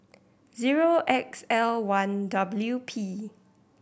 zero X L one W P